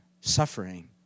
suffering